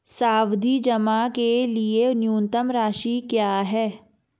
सावधि जमा के लिए न्यूनतम राशि क्या है?